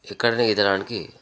ఎక్కడైనా ఈదడానికి